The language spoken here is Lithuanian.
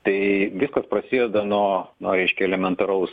tai viskas prasideda nuo nuo reiškia elementaraus